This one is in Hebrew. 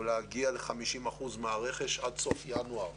להגיע ל-50 אחוזים מהרכש עד סוף ינואר.